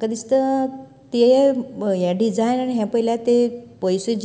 म्हाका दिसता ते हे डिझायन आनी हे पयलें पयशें